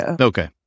Okay